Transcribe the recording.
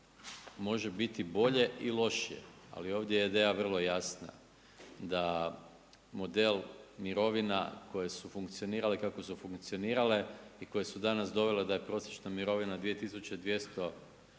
može biti bolje i lošije. Ali ovdje je ideja vrlo jasna da model mirovina koje su funkcionirale kako su funkcionirale i koje su danas dovele da je prosječna mirovina 2200